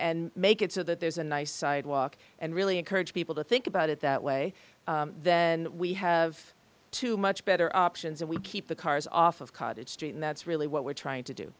and make it so that there's a nice sidewalk and really encourage people to think about it that way then we have too much better options and we keep the cars off of cottage street and that's really what we're trying to do